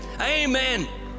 Amen